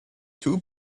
two